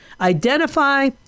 Identify